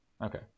Okay